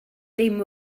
dim